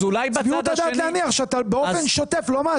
סבירות הדעת להניח שאתה באופן שוטף לא מעסיק עובדים.